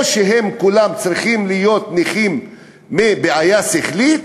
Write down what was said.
או שהם כולם צריכים להיות נכים מבעיה שכלית